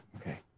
Okay